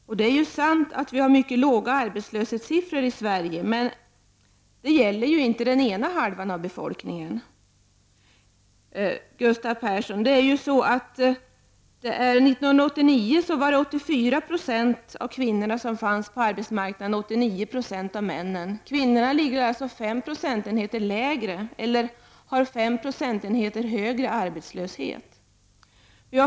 Och det är sant att vi har mycket låga arbetslöshetssiffror i Sverige, men det gäller inte den ena halvan av befolkningen, Gustav Persson. 1989 var 84 96 av kvinnorna ute på arbetsmarknaden och 89 26 av männen. Kvinnorna ligger alltså 5 procentenheter lägre eller har 5 procentenheter högre arbetslöshet.